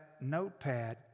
notepad